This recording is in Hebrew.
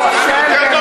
הפוסל במומו פוסל.